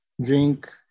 drink